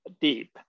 deep